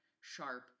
sharp